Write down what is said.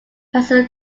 passes